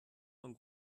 von